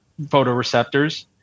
photoreceptors